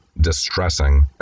distressing